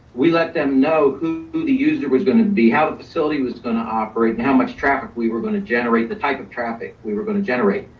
we let them know who who the user was gonna be, how the facility was gonna operate and how much traffic we were gonna generate, the type of traffic we were gonna generate.